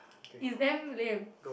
is damn lame